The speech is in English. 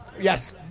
Yes